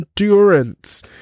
endurance